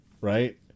right